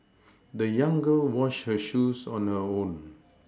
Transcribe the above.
the young girl washed her shoes on her own